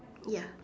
ya